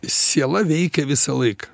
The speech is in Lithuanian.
siela veikia visą laiką